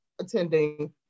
attending